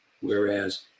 Whereas